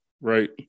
right